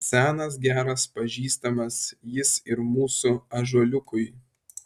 senas geras pažįstamas jis ir mūsų ąžuoliukui